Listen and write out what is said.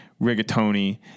rigatoni